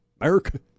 America